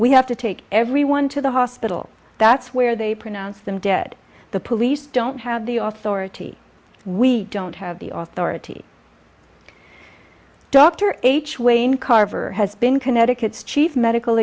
we have to take everyone to the hospital that's where they pronounce them dead the police don't have the author or t v we don't have the author or t v dr h wayne carver has been connecticut's chief medical